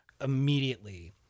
immediately